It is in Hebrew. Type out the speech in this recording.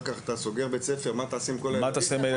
כשאתה סוגר בית ספר מה תעשה עם כל הילדים?